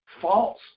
false